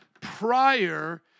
prior